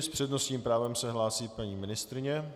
S přednostním právem se hlásí paní ministryně.